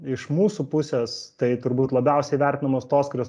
iš mūsų pusės tai turbūt labiausiai vertinamos tos kurios